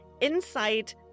inside